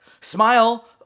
Smile